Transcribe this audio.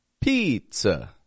pizza